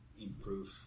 improve